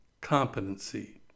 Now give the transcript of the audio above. competency